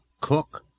cook